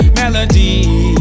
melody